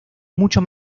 mucho